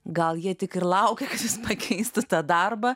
gal jie tik ir laukia kad jis pakeistų tą darbą